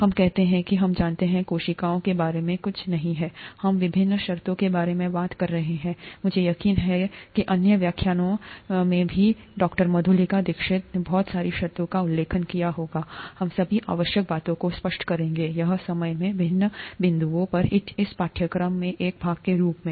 हम कहते हैं कि हम जानते हैं कोशिकाओं के बारे में कुछ नहींहैं हम विभिन्न शर्तों के बारे में बात कर रहे हैं मुझे यकीन हैके अन्य व्याख्यानों में भी डॉ मधुलिका दीक्षित उन्होंने बहुत सारी शर्तों का उल्लेख किया होगा हम सभी आवश्यक बातों को स्पष्ट करेंगे यह समय में विभिन्न बिंदुओं पर इस पाठ्यक्रम के एक भाग के रूप में